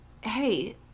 hey